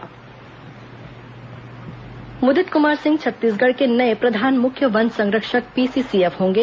मुदित Kumar PCCF Mudit Kumar Singh Chhattisgarh के नये प्रधान मुख्य वन संरक्षक पीसीसीएफ होंगे